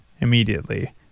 immediately